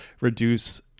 reduce